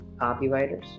copywriters